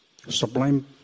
sublime